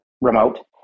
remote